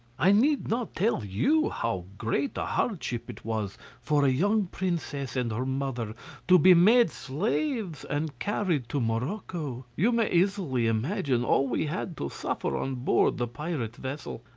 i need not tell you how great a hardship it was for a young princess and her mother to be made slaves and carried to morocco. you may easily imagine all we had to suffer on board the pirate vessel.